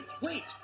wait